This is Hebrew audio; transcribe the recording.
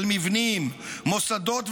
של מבנים ומוסדות,